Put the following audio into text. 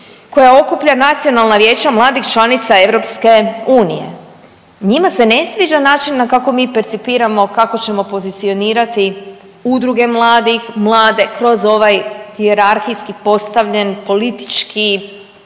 koja okuplja nacionala vijeća mladih članica EU. Njima se ne sviđa način kako mi percipiramo, kako ćemo pozicionirati udruge mladih, mlade kroz ovaj hijerarhijski postavljen, politički